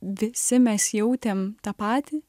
visi mes jautėm tą patį